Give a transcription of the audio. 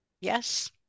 Yes